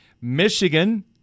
Michigan